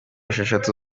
esheshatu